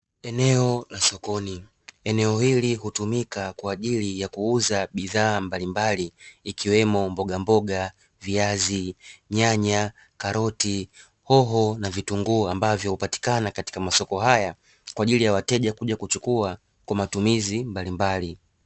Eneo la sokoni, eneo hili hutumika kwa ajili ya kuuza bidhaa mbalimbali ikiwemo: mbogamboga, viazi, nyanya, karoti, hoho na vitunguu ambavyo hupatikana katika masoko haya kwa ajili ya wateja kuja kuchukua kwa matumizi mbalimbali.